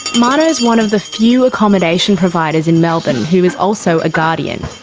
mano's one of the few accommodation providers in melbourne who is also a guardian.